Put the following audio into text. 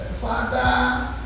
Father